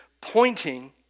pointing